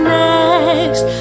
next